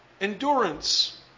Endurance